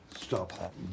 Stop